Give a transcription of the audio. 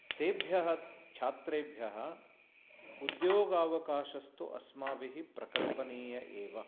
तेभ्यः छात्रेभ्यः उद्योगावकाशस्तु अस्माभिः प्रकल्पनीय एव